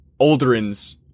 Aldrin's